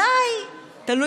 התש"ף 2020,